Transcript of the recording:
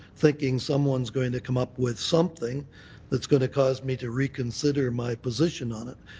thinking someone is going to come up with something that's going to cause me to reconsider my position on it.